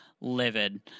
livid